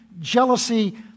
jealousy